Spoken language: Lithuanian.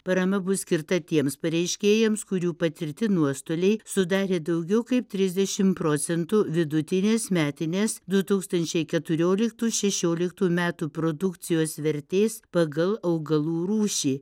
parama bus skirta tiems pareiškėjams kurių patirti nuostoliai sudarė daugiau kaip trisdešimt procentų vidutinės metinės du tūkstančiai keturioliktų šešioliktų metų produkcijos vertės pagal augalų rūšį